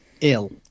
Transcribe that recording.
ill